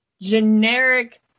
generic